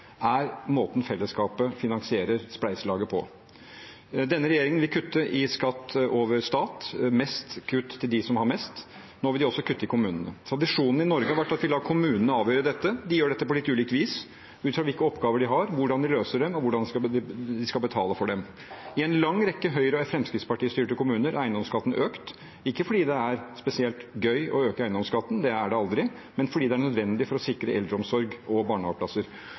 er måten fellesskapet finansierer spleiselaget på. Denne regjeringen vil kutte i skatt over stat, mest kutt til dem som har mest. Nå vil de også kutte i kommunene. Tradisjonen i Norge har vært at vi lar kommunene avgjøre dette. De gjør det på litt ulikt vis ut fra hvilke oppgaver de har, hvordan de løser dem, og hvordan de skal betale for dem. I en lang rekke Høyre- og Fremskrittsparti-styrte kommuner har eiendomsskatten økt. Det er ikke fordi det er spesielt gøy å øke eiendomsskatten – det er det aldri – men fordi det er nødvendig for å sikre eldreomsorg og barnehageplasser.